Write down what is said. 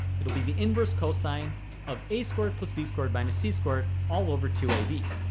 it'll be the inverse cosine of a squared plus b squared minus c squared all over two ab